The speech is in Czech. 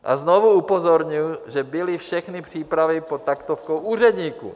A znovu upozorňuji, že byly všechny přípravy pod taktovkou úředníků.